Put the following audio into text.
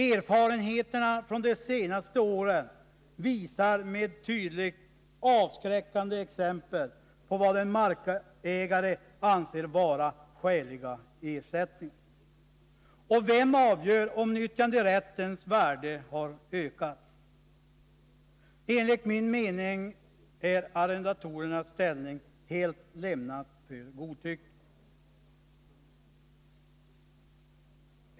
Erfarenheterna från de senaste åren visar med tydligt avskräckande exempel vad en markägare anser vara skäliga ersättningar. Och vem avgör om nyttjanderättens värde har ökats? Enligt min mening är arrendatorerna helt utlämnade åt godtycke i den ställning de har.